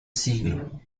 siglo